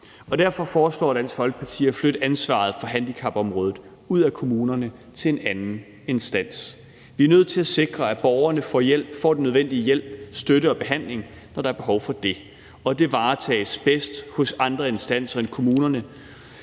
Derfor foreslår Dansk Folkeparti at flytte ansvaret for handicapområdet ud af kommunerne og til en anden instans. Vi er nødt til at sikre, at borgerne får den nødvendige hjælp, støtte og behandling, når der er behov for det, og det varetages bedst hos andre instanser end kommunerne,